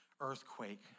earthquake